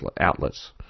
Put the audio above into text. outlets